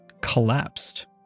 collapsed